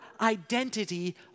identity